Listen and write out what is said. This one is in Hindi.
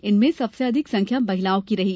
इनमें सबसे अधिक संख्या महिलाओं की रही